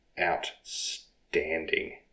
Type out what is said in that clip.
outstanding